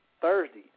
Thursday